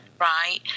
right